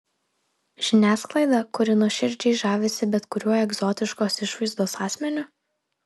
žiniasklaidą kuri nuoširdžiai žavisi bet kuriuo egzotiškos išvaizdos asmeniu